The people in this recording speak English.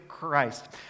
Christ